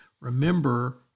remember